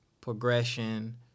progression